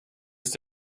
ist